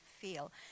feel